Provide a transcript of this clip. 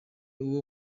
uwo